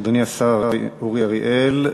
אדוני השר אורי אריאל.